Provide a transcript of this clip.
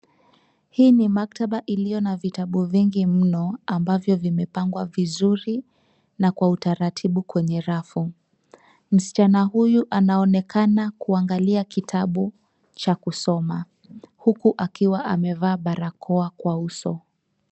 Hii ni maktaba iliyo na vitabu vingi mno ambavyo vimepangwa vizuri na kwa utaratibu kwenye rafu. Msichana huyu anaonekana kuangalia kitabu cha kusoma huku akiwa amevaa barakoa kwa uso.